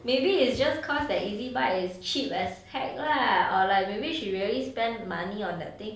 maybe is just cause that ezbuy as cheap as heck lah or like maybe she really spend money on that thing